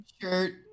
shirt